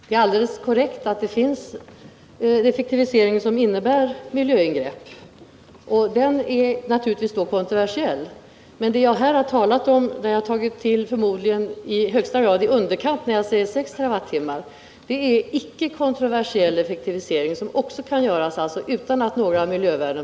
Herr talman! Det är alldeles korrekt att effektivisering kan innebära ingrepp i miljön. I sådana fall är den naturligtvis kontroversiell. Men den effektivisering som jag här talat om — förmodligen har jag i högsta grad tagit till i underkant när jag sagt att man kan utvinna 6 TWh genom effektivisering av befintliga kraftverk — är icke-kontroversiell och medför ingen förstörelse av miljövärden.